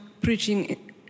preaching